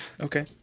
Okay